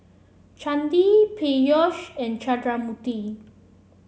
Chandi Peyush and Chundramoorthy